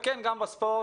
כולל בספורט.